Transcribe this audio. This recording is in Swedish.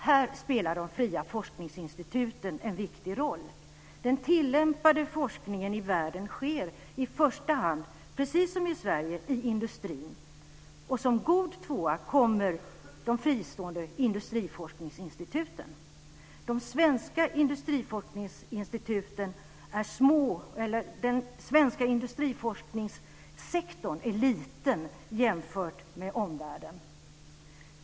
Här spelar de fria forskningsinstituten en viktig roll. Den tillämpande forskningen i världen sker i första hand, precis som i Sverige, i industrin. Som god tvåa kommer de fristående industriforskningsinstituten. Den svenska industriforskningssektorn är liten jämfört med omvärldens.